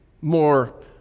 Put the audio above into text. more